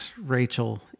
Rachel